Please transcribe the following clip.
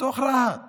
בתוך רהט